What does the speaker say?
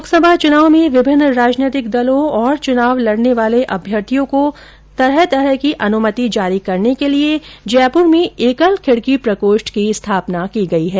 लोकसभा चुनाव में विभिन्न राजनैतिक दलों और चुनाव लड़ने वाले अभ्यर्थियों को विभिन्न प्रकार की अनुमति जारी करने के लिए जयपुर में एकल खिड़की प्रकोष्ठ की स्थापना की गई है